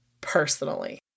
personally